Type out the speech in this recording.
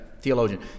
theologian